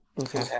Okay